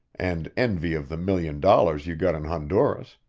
and envy of the million dollars you got in honduras.